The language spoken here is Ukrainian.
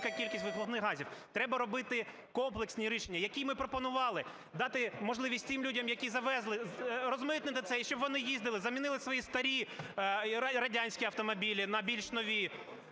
Треба робити комплексні рішення, які ми пропонували: дати можливість тим людям, які завезли, розмитнити це і щоб вони їздили, замінили свої старі радянські автомобілі на більш нові,